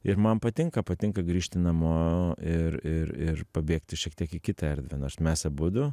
ir man patinka patinka grįžti namo ir ir ir pabėgti šiek tiek į kitą erdvę nors mes abudu